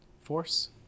Force